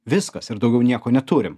viskas ir daugiau nieko neturim